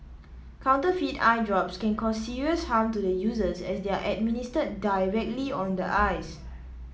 counterfeit eye drops can cause serious harm to the users as they are administered directly on the eyes